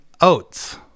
Oats